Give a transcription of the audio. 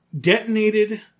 detonated